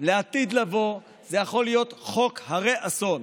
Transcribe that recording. לעתיד לבוא זה יכול להיות חוק הרה אסון.